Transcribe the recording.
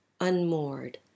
unmoored